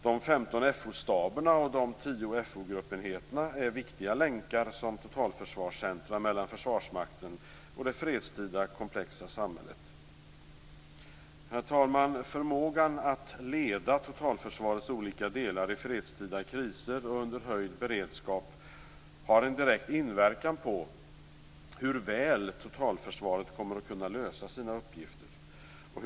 De 15 Fo-staberna och de tio Fo-gruppenheterna är viktiga länkar som totalförsvarscentrum mellan Försvarsmakten och det fredstida, komplexa samhället. Herr talman! Förmågan att leda totalförsvarets olika delar i fredstida kriser och under höjd beredskap har en direkt inverkan på hur väl totalförsvaret kommer att kunna lösa sina uppgifter.